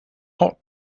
hot